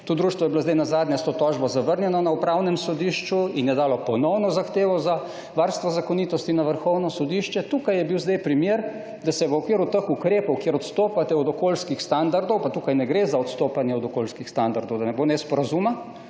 To društvo je bilo sedaj nazadnje s to tožbo zavrnjeno na Upravnem sodišču in je dalo ponovno zahtevo za varstvo zakonitosti na Vrhovno sodišče. Tukaj je bil sedaj primer, da se v okviru teh ukrepov, kjer odstopate od okolijskih standardov, pa tukaj ne gre za odstopanje od okolijskih standardov, da ne bo nesporazuma,